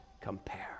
compare